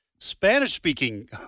Spanish-speaking